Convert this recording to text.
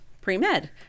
pre-med